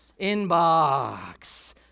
inbox